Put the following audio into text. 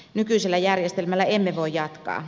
nykyisellä järjestelmällä emme voi jatkaa